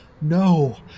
No